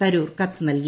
തരൂർ കത്ത് നൽകി